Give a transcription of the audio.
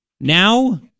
Now